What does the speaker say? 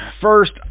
first